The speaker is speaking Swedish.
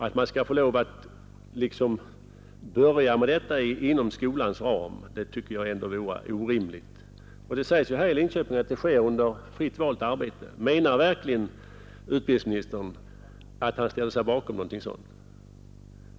Att man skall få lov att börja med detta inom skolans ram tycker jag ändå är orimligt. Det sägs att det i Linköping sker under fritt valt arbete. Menar verkligen utbildningsministern att han ställer sig bakom något sådant?